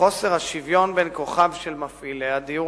חוסר השוויון בין כוחם של מפעילי הדיור